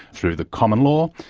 through the common law,